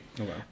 Okay